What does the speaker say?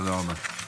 תודה רבה.